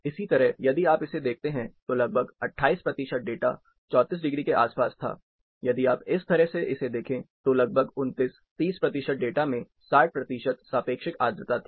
इसी तरह यदि आप इसे देखते हैं तो लगभग 28 प्रतिशत डेटा 34 डिग्री के आसपास था यदि आप इस तरह से इसे देखें तो लगभग 29 30 प्रतिशत डेटा में 60 प्रतिशत सापेक्षिक आर्द्रता थी